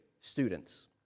students